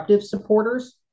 supporters